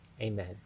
Amen